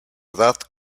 edad